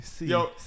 Yo